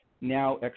now